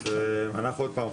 עוד פעם,